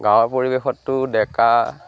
গাঁৱৰ পৰিৱেশতটো ডেকা